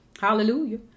Hallelujah